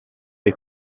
dei